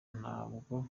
ntabwo